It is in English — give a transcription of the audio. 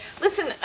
listen